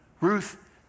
Ruth